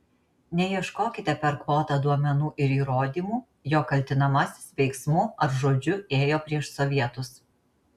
neieškokite per kvotą duomenų ir įrodymų jog kaltinamasis veiksmu ar žodžiu ėjo prieš sovietus